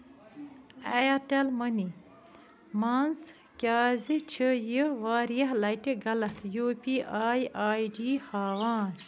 Airtel money منٛز کیٛازِ چھِ یہِ واریاہ لَٹہِ غلط U P I I D ہاوان